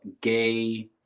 gay